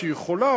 שיכולה,